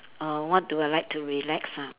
uh what do I like to relax ah